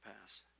pass